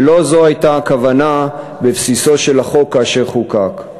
ולא זו הייתה הכוונה בבסיסו של החוק כאשר חוקק.